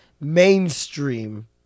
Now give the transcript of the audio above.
mainstream